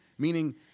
Meaning